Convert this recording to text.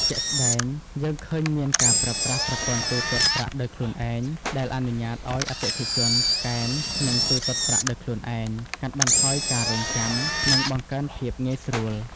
ជាក់ស្តែង យើងឃើញមានការប្រើប្រាស់ប្រព័ន្ធទូទាត់ប្រាក់ដោយខ្លួនឯង ដែលអនុញ្ញាតឲ្យអតិថិជនស្កេន និងទូទាត់ប្រាក់ដោយខ្លួនឯង កាត់បន្ថយការរង់ចាំ និងបង្កើនភាពងាយស្រួល។